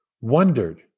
wondered